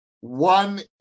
One